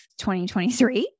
2023